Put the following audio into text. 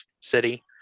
City